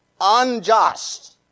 unjust